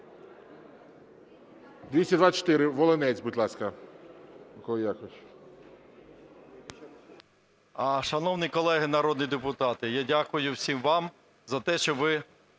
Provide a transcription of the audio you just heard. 224. Волинець, будь ласка,